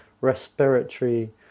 respiratory